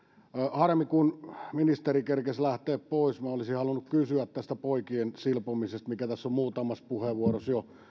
harmi kun ministeri kerkesi lähteä pois minä olisin halunnut kysyä tästä poikien silpomisesta mikä tässä on muutamassa puheenvuorossa jo